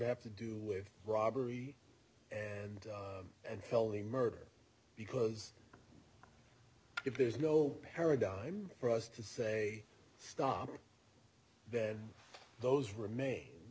have to do with robbery and and felony murder because if there's no paradigm for us to say stop that those remain